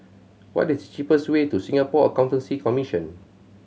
what is the cheapest way to Singapore Accountancy Commission